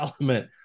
element